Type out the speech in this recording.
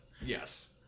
yes